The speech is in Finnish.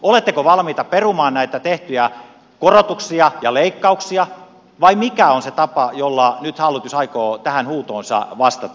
oletteko valmiita perumaan näitä tehtyjä korotuksia ja leikkauksia vai mikä on se tapa jolla nyt hallitus aikoo tähän huutoonsa vastata